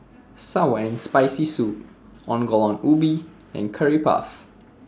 Sour and Spicy Soup Ongol Ubi and Curry Puff